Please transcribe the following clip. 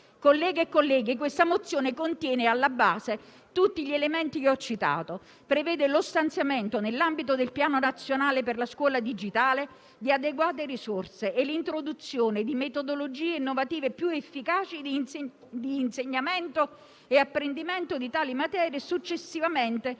Colleghe e colleghi, la mozione in esame contiene alla base tutti gli elementi che ho citato. Prevede lo stanziamento, nell'ambito del Piano nazionale per la scuola digitale, di adeguate risorse e l'introduzione di metodologie innovative più efficaci di insegnamento e apprendimento di tali materie e successivamente delle